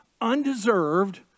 undeserved